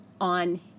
on